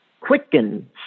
Quicken